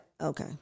okay